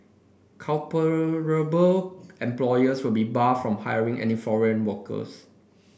culpable employers will be barred from hiring any foreign workers